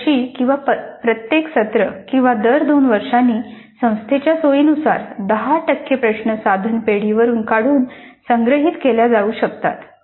दर वर्षी किंवा प्रत्येक सत्र किंवा दर 2 वर्षांनी संस्थेच्या सोयीनुसार 10 टक्के प्रश्न साधन पेढी वरून काढून संग्रहित केल्या जाऊ शकतात